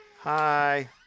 Hi